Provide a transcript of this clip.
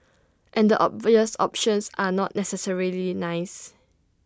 and the obvious options are not necessarily nice